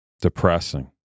depressing